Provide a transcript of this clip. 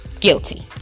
Guilty